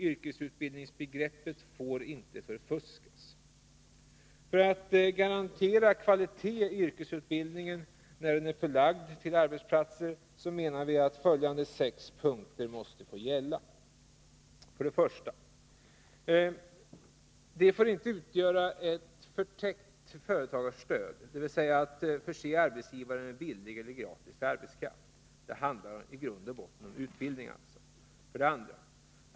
Yrkesutbildningsbegreppet får inte förfuskas. För att garantera kvalitet i yrkesutbildningen när den är förlagd till arbetsplatser menar vi att följande sex punkter måste gälla: 1. Insatserna får inte utgöra ett förtäckt företagarstöd, dvs. att förse arbetsgivare med billig eller gratis arbetskraft. Det handlar i grund och botten om utbildning. 2.